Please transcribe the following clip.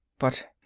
but.